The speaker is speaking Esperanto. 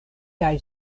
kaj